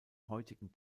heutigen